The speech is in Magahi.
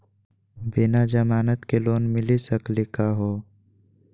बिना जमानत के लोन मिली सकली का हो?